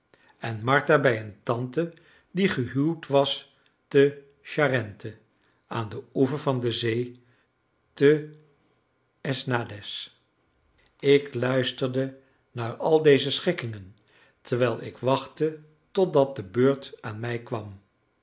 en martha bij een tante die gehuwd was te charente aan den oever van de zee te esnandes ik luisterde naar al deze schikkingen terwijl ik wachtte totdat de beurt aan mij kwam